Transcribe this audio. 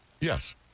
Yes